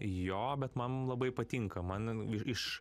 jo bet man labai patinka mano iš